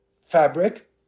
fabric